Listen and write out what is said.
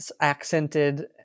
accented